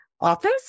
office